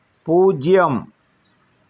பூஜ்ஜியம்